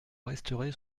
resterez